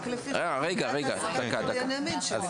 רק לפי החוק למניעת העסקת עברייני מין.